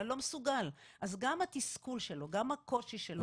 אני לא מסוגל, אז זה גם התסכול שלו וגם הקושי שלו.